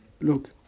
Look